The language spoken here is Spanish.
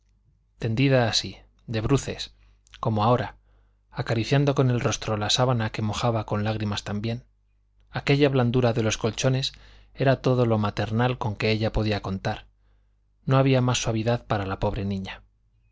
tendida así de bruces como ahora acariciando con el rostro la sábana que mojaba con lágrimas también aquella blandura de los colchones era todo lo maternal con que ella podía contar no había más suavidad para la pobre niña